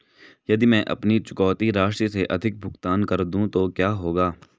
यदि मैं अपनी चुकौती राशि से अधिक भुगतान कर दूं तो क्या होगा?